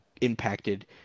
impacted